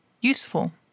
useful